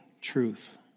truth